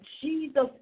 Jesus